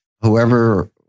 whoever